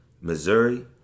Missouri